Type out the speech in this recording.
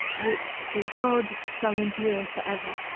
which, through god, shall endure for ever.